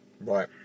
Right